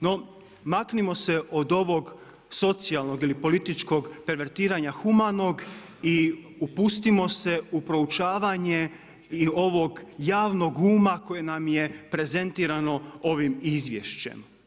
No, maknimo se od ovog socijalnog ili političkog pervetiranja humanog i upustimo se u proučavanje i ovog javnog uma koje nam je prezentirano ovim izvješćem.